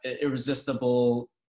irresistible